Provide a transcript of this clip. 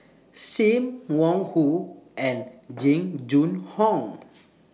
SIM Wong Hoo and Jing Jun Hong